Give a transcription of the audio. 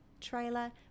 trailer